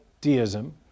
deism